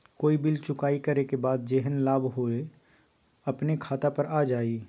कोई बिल चुकाई करे के बाद जेहन लाभ होल उ अपने खाता पर आ जाई?